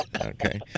Okay